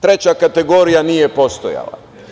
Treća kategorija nije postojala.